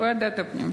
ועדת הפנים.